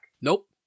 Nope